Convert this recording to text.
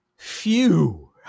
Phew